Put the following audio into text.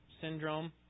syndrome